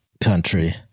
country